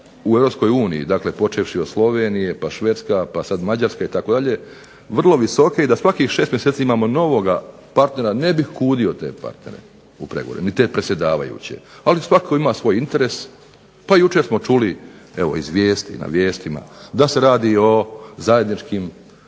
uniji, počevši od Slovenije, pa Švedska, pa sada Mađarska itd., vrlo visoke i da svakih 6 mjeseci imamo novog partnera u pregovorima, ne bih kudio partnere u pregovorima, niti one predsjedavajuće, ali svatko ima svoj interes, pa jučer smo čuli na vijestima da se radi o zajedničkim